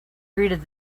greeted